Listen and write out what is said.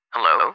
Hello